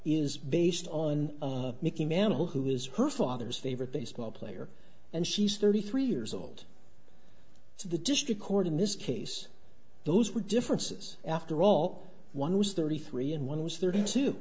is based on mickey mantle who is her father's favorite baseball player and she's thirty three years old so the district court in this case those were differences after all one was thirty three and one was thirty two